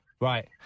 Right